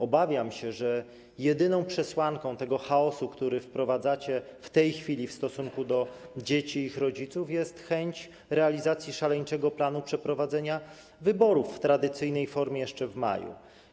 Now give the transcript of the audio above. Obawiam się, że jedyną przesłanką tego chaosu, który wprowadzacie w tej chwili w stosunku do dzieci i ich rodziców, jest chęć realizacji szaleńczego planu przeprowadzenia wyborów w tradycyjnej formie jeszcze w maju.